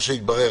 התברר,